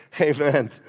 Amen